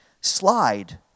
slide